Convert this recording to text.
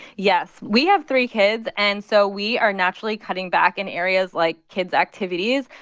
yes. we have three kids, and so we are naturally cutting back in areas like kids activities.